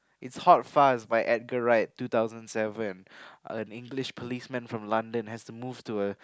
it's hot fuss by Edgar-Wright two thousand seven an English policeman from London has to move to a